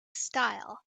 style